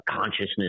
consciousness